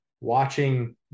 watching